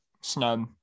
snub